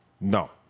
No